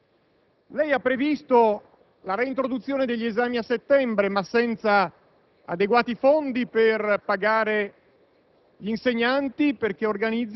Lei ha fatto una controriforma delle superiori a costo zero e poi ha dichiarato di voler rilanciare l'istruzione tecnico-professionale! Lei